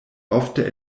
ofte